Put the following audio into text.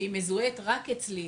שהיא מזוהה רק אצלי,